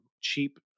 cheap